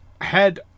head